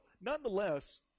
Nonetheless